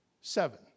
seven